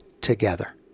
together